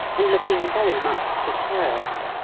and looking very much perturbed,